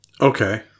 Okay